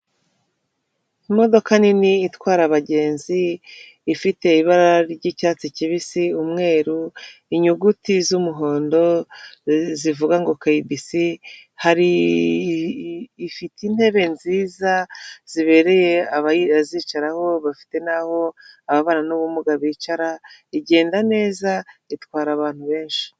Imodoka nini itwara abagenzi, ifite ibara ry'icyatsi kibisi, umweru , inyuguti z'umuhondo zivuga ngo KBC, hari ifite intebe nziza zibereye abazicaraho bafite n'aho ababana n'ubumuga bicara, igenda neza itwara abantu benshi.